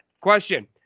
question